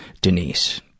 Denise